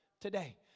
today